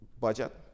budget